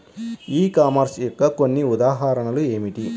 ఈ కామర్స్ యొక్క కొన్ని ఉదాహరణలు ఏమిటి?